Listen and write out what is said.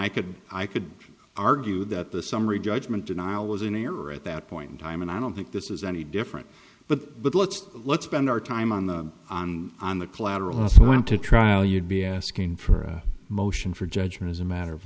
i could i could argue that the summary judgment and i was in error at that point in time and i don't think this is any different but but let's let's spend our time on the on on the collateral also went to trial you'd be asking for a motion for judgment as a matter of